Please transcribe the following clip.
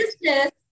business